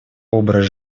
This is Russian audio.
образ